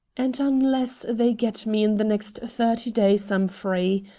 and unless they get me in the next thirty days i'm free.